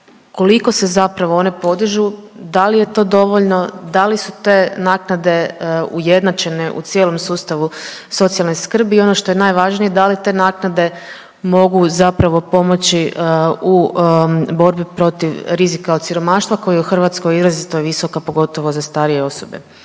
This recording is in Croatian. koliko se zapravo one podižu, da li je to dovoljno, da li su te naknade ujednačene u cijelom sustavu socijalne skrbi i ono što je najvažnije da li te naknade mogu zapravo pomoći u borbi protiv rizika od siromaštva koji je u Hrvatskoj izrazito visok, a pogotovo za starije osobe.